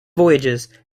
voyages